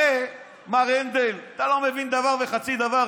הרי מר הנדל, אתה לא מבין דבר וחצי דבר.